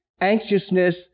anxiousness